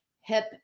hip